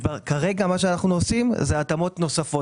כרגע מה שאנחנו עושים, אנחנו עושים התאמות נוספות.